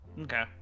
Okay